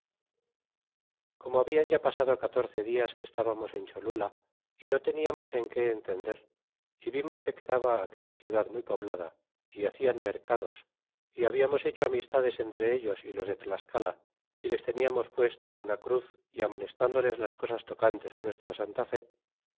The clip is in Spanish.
como habían ya pasado catorce dias que estábamos en cholula y no teníamos en que entender y vimos que quedaba aquella ciudad muy poblada ó hacian mercados é habiamos hecho amistades entre ellos y los de tlascala les teniamos puesto una cruz é amonestadoles las cosas tocantes á nuestra santa fe